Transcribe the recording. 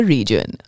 Region